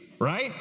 right